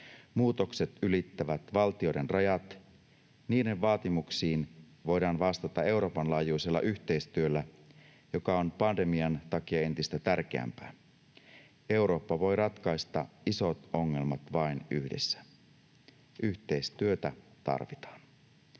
Muutokset ylittävät valtioiden rajat, niiden vaatimuksiin voidaan vastata Euroopan laajuisella yhteistyöllä, joka on pandemian takia entistä tärkeämpää. Eurooppa voi ratkaista isot ongelmat vain yhdessä.” Yhteistyötä tarvitaan.